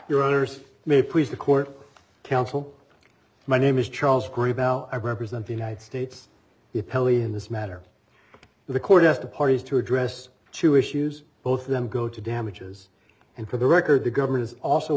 your honour's may please the court counsel my name is charles green bow i represent the united states if pelley in this matter the court has the parties to address two issues both of them go to damages and for the record the government is also